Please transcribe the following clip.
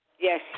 Yes